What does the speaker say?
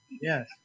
Yes